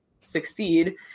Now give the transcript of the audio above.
succeed